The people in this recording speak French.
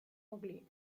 anglais